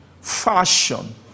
fashion